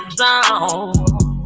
zone